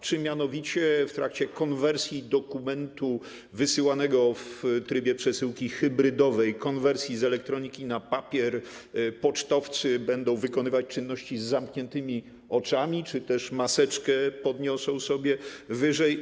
Czy w trakcie konwersji dokumentu wysyłanego w trybie przesyłki hybrydowej, konwersji z elektroniki na papier, pocztowcy będą wykonywać czynności z zamkniętymi oczami, czy też maseczkę podniosą wyżej?